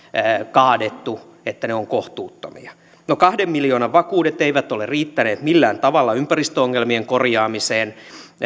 kaadettu että ne ovat kohtuuttomia no kahden miljoonan vakuudet eivät ole riittäneet millään tavalla ympäristöongelmien korjaamiseen